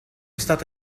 stata